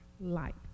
light